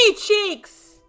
cheeks